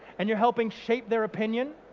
and you're helping shape their opinion,